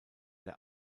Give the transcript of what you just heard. der